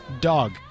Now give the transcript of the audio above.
dog